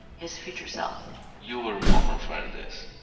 his future self you were born for this.